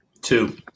Two